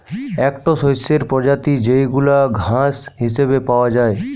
একটো শস্যের প্রজাতি যেইগুলা ঘাস হিসেবে পাওয়া যায়